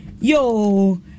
yo